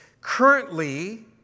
Currently